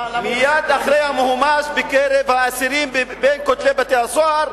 מייד אחרי המהומה בקרב האסירים בין כותלי בתי-הסוהר,